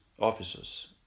Officers